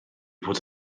fod